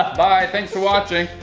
bye, thanks for watching.